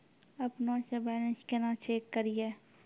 अपनों से बैलेंस केना चेक करियै?